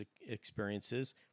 experiences